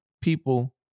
people